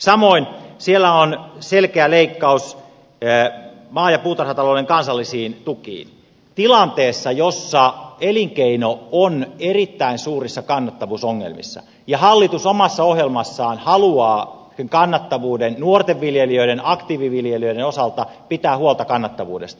samoin siellä on selkeä leikkaus maa ja puutarhatalouden kansallisiin tukiin tilanteessa jossa elinkeino on erittäin suurissa kannattavuusongelmissa ja hallitus omassa ohjelmassaan haluaa nuorten viljelijöiden aktiiviviljelijöiden osalta pitää huolta kannattavuudesta